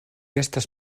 estas